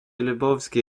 lebowski